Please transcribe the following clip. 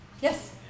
Yes